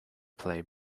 play